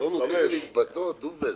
אתה לא נותן לי להתבטא, דוד.